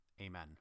amen